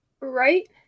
Right